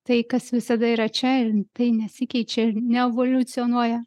tai kas visada yra čia ir tai nesikeičia ir neevoliucionuoja